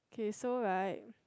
K so right